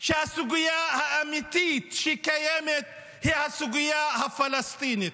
שהסוגיה האמיתית שקיימת בה היא הסוגיה הפלסטינית.